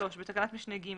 בתקנת משנה (ג),